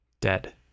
dead